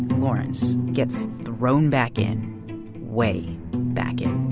lawrence gets thrown back in way back in